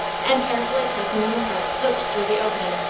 and carefully pressing them apart looked through the opening.